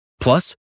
Plus